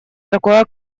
такое